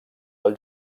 del